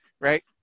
right